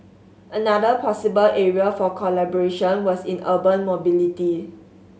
another possible area for collaboration was in urban mobility